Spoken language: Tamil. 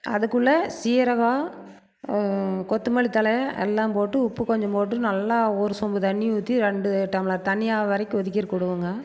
அதுக்குள்ளே சீரகம் கொத்தமல்லி தழை எல்லாம் போட்டு உப்பு கொஞ்சம் போட்டு நல்லா ஒரு சொம்பு தண்ணி ஊற்றி ரெண்டு டம்ளர் தண்ணி ஆகிற வரைக்கும் கொதிக்கிறதுக்கு விடுவோங்க